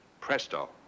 presto